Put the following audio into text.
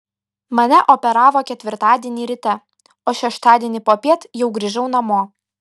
mane operavo ketvirtadienį ryte o šeštadienį popiet jau grįžau namo